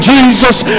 Jesus